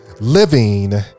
Living